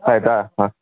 ಆಯಿತಾ ಹಾಂ